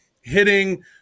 hitting